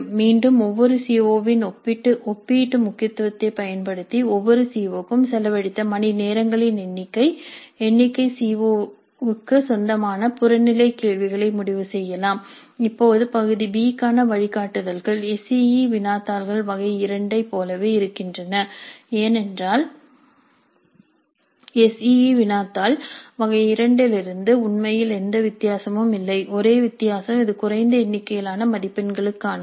மீண்டும் ஒவ்வொரு C O இன் ஒப்பீட்டு முக்கியத்துவத்தைப் பயன்படுத்தி ஒவ்வொரு சி ஓ க்கும் செலவழித்த மணிநேரங்களின் எண்ணிக்கை எண்ணிக்கை சி ஓ க்கு சொந்தமான புறநிலை கேள்விகளை முடிவு செய்யலாம் இப்போது பகுதி B க்கான வழிகாட்டுதல்கள் எஸ் இஇ வினாத்தாள் வகை 2 ஐப் போலவே இருக்கின்றன ஏனென்றால் எஸ் இஇ வினாத்தாள் வகை 2 இலிருந்து உண்மையில் எந்த வித்தியாசமும் இல்லை ஒரே வித்தியாசம் இது குறைந்த எண்ணிக்கையிலான மதிப்பெண்களுக்கானது